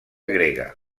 grega